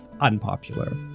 unpopular